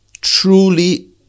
truly